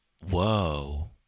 whoa